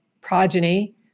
progeny